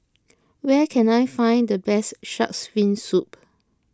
where can I find the best Shark's Fin Soup